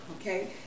okay